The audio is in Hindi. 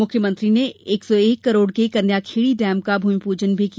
मुख्यमंत्री ने एक सौ एक करोड़ के कान्याखेड़ी डेम का भूमिपूजन भी किया